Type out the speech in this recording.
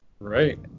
Right